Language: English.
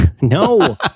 No